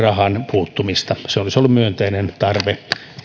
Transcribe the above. puuttumista se olisi ollut myönteinen tarve